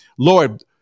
lord